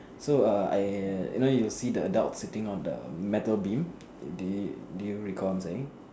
so err I you know you see the adult sitting on the metal beam do do you recall what I'm saying